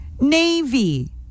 Navy